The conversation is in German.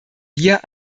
wir